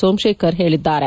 ಸೋಮಶೇಖರ್ ಹೇಳಿದ್ದಾರೆ